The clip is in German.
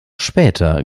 später